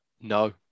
no